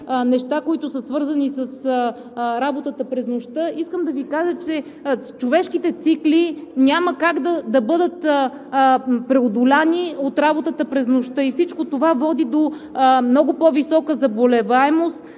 неща, които са свързани с работата през нощта, да Ви кажа, че човешките цикли няма как да бъдат преодолени от работата през нощта. Всичко това води до много по-висока заболеваемост,